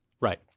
Right